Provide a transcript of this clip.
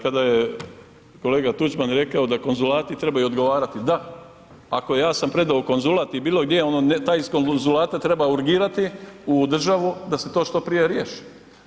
Kada je kolega Tuđman rekao da konzulati trebaju odgovarati da, ako ja sam predao konzulat i bilo gdje taj iz konzulata treba urgirati u državu da se to što prije riješi.